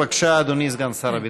בבקשה, אדוני סגן שר הביטחון.